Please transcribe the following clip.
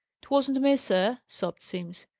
twasn't me, sir, sobbed simms.